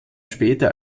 später